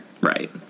Right